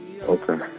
Okay